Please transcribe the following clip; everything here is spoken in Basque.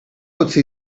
utzi